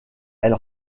elle